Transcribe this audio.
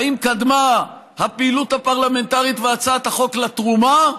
האם קדמה הפעילות הפרלמנטרית והצעת החוק לתרומה,